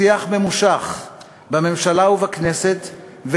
שיח ממושך בממשלה ובכנסת,